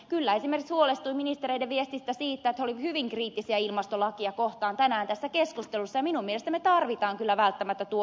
kyllä esimerkiksi huolestuin ministereiden viestistä siitä että he olivat hyvin kriittisiä ilmastolakia kohtaan tänään tässä keskustelussa ja minun mielestäni me kyllä tarvitsemme välttämättä tuon ilmastolain